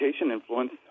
influence